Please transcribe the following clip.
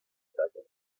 detalles